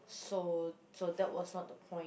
so so that was not the point